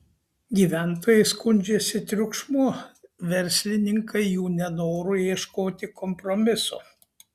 gyventojai skundžiasi triukšmu verslininkai jų nenoru ieškoti kompromiso